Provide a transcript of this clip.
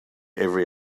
every